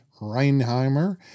Reinheimer